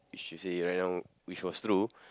which you say you write down which was true